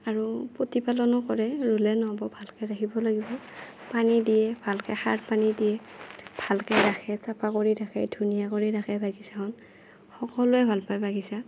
আৰু প্ৰতিপালনো কৰে ৰুলে নহ'ব ভালকে ৰাখিব লাগিব পানী দিয়ে ভালকে সাৰ পানী দিয়ে ভালকে ৰাখে চাফা কৰি ৰাখে ধুনীয়া কৰি ৰাখে বাগিচাখন সকলোৱে ভাল পায় বাগিচা